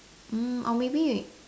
mm or maybe we